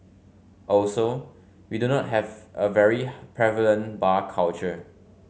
also we do not have a very prevalent bar culture